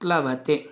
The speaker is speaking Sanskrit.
प्लवते